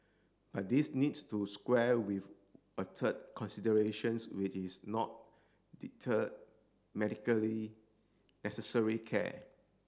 but this needs to square with a third considerations which is to not deter medically necessary care